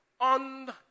on